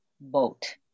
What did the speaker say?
boat